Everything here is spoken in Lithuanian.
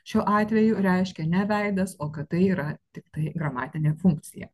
šiuo atveju reiškia ne veidas o kad tai yra tiktai gramatinė funkcija